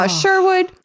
Sherwood